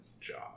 job